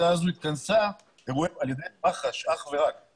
לא בדקנו, לא התבקשנו להביא את הנתונים האלה.